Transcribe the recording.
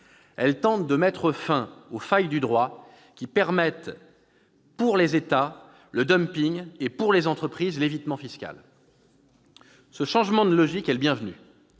elle tente de mettre fin aux failles du droit, qui permettent, pour les États, le dumping et, pour les entreprises, l'évitement fiscal. Ce changement de logique est le bienvenu.